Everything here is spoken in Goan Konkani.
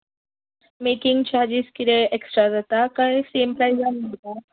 मॅकींग चार्जीस कितें एक्स्ट्रा जाता काय सेम प्रायसान